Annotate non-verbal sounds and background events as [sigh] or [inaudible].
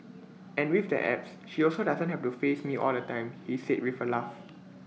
[noise] and with the apps she also doesn't have to face me all the time he said with A laugh [noise]